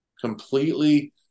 completely